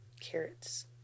Carrots